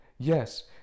Yes